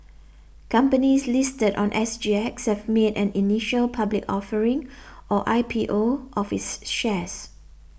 companies listed on S G X have made an initial public offering or I P O of its shares